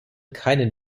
keinen